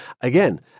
again